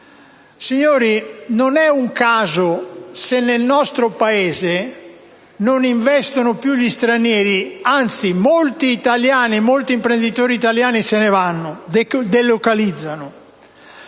Signori, non è un caso se nel nostro Paese non investono più gli stranieri; anzi, molti imprenditori italiani se ne vanno e delocalizzano.